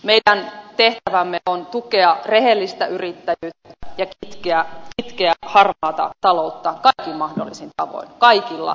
meidän tehtävämme on tukea rehellistä yrittäjyyttä ja kitkeä harmaata taloutta kaikin mahdollisin tavoin kaikilla yhteiskunnan osa alueilla